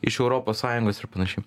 iš europos sąjungos ir panašiai